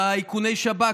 באיכוני שב"כ,